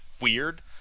weird